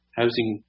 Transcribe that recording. housing